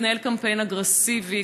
מתנהל קמפיין אגרסיבי,